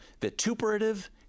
vituperative